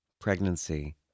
Pregnancy